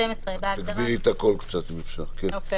גם ב-(12)